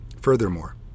Furthermore